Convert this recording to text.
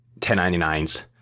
1099s